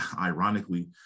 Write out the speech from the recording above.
ironically